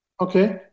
Okay